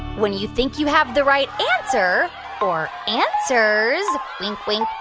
when you think you have the right answer or answers wink, wink,